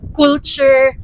culture